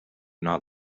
not